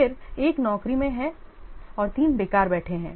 फिर 1 नौकरी में है और 3 बेकार बैठे हैं